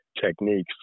techniques